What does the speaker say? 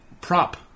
prop